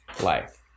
life